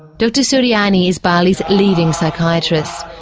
dr suryani is bali's leading psychiatrist.